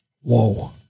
Whoa